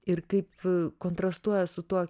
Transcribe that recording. ir kaip kontrastuoja su tuo